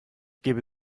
gebe